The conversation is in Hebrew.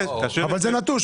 אבל זה נטוש,